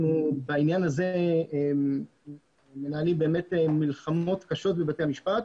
בעניין הזה אנחנו באמת מנהלים מלחמות קשות ולא פשוטות בבתי המשפט.